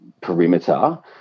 perimeter